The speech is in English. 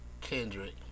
Kendrick